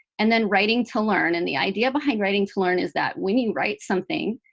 and then writing-to-learn. and the idea behind writing-to-learn is that when you write something,